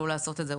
לעשות את זה.